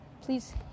please